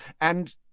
and—